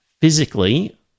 physically